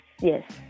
yes